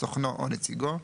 סוכנו או נציגו,